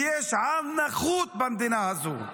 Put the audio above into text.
ויש עם נחות במדינה הזו.